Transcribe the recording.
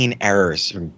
errors